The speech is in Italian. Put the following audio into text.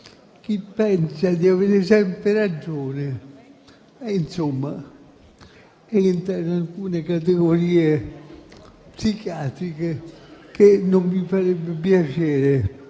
Chi pensa di avere sempre ragione rientra in alcune categorie psichiatriche a cui non mi farebbe piacere